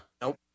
nope